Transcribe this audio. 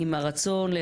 את אומרת,